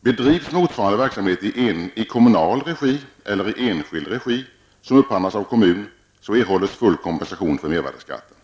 Bedrivs motsvarande verksamhet i kommunal regi eller i enskild regi, varvid upphandling sker från kommunens sida, erhålls full kompensation för mervärdeskatten.